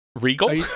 Regal